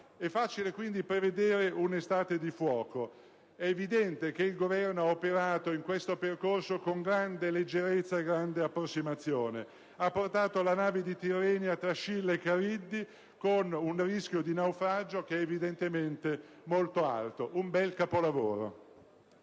È facile quindi prevedere un'estate di fuoco. È evidente che il Governo ha operato in questo percorso con grande leggerezza e con grande approssimazione, ha portato la nave di Tirrenia tra Scilla e Cariddi con un rischio di naufragio che è evidentemente molto alto: un bel capolavoro!